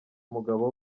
umugabo